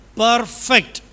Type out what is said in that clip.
perfect